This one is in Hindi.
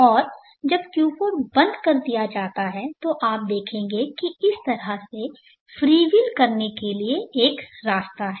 और जब Q4 को बंद कर दिया जाता है तो आप देखेंगे कि इस तरह से फ्रीव्हील करने के लिए एक रास्ता है